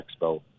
expo